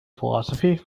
philosophy